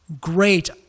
great